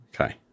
Okay